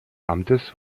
amtes